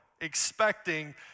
expecting